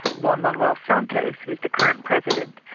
juan manuel santos, who is the current president,